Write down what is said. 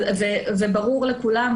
ברור לכולם,